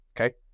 Okay